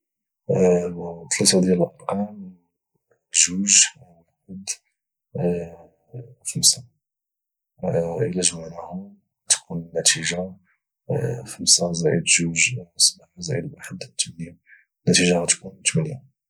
ثلاثه ديال الارقام واحد جوج خمسه الى جمعناهم وتكون النتيجه خمسه زائد جوج سبعه زائد واحد ثمانيه النتيجه غادي تكون ثمانيه